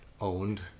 owned